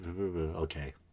Okay